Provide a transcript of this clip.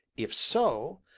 if so,